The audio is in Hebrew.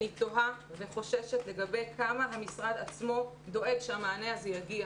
אני תוהה וחוששת לגבי כמה המשרד עצמו דואג שהמענה הזה יגיע.